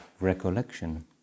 recollection